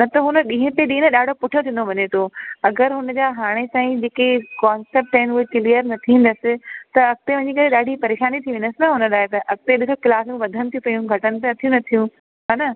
न त उहो न ॾींहं ते ॾींहं न ॾाढो पुठियां थींदो वञे थो अगरि हुन जा हाणे ताईं जेके कॉन्सेप्ट आहिनि उहे क्लीयर न थींदसि त अॻिते वञी करे ॾाढी परेशानी थी वेंदसि न हुन लाइ त अॻिते ॾिसो क्लासूं वधनि तियूं पियूं घटनि त अथव नथियूं हा न